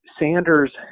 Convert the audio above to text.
Sanders